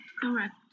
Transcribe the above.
Correct